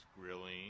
grilling